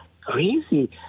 crazy